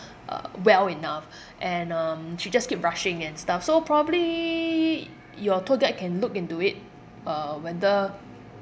uh well enough and um she just keep rushing and stuff so probably your tour guide can look into it uh whether